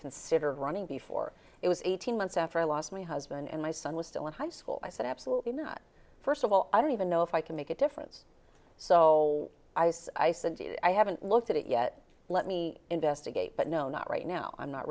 considered running before it was eighteen months after i lost my husband and my son was still in high school i said absolutely not first of all i don't even know if i can make a difference so ice ice and i haven't looked at it yet let me investigate but no not right now i'm not